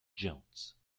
jones